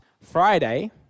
Friday